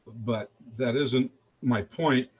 but that isn't my point.